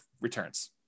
returns